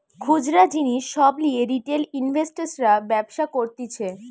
খুচরা জিনিস সব লিয়ে রিটেল ইনভেস্টর্সরা ব্যবসা করতিছে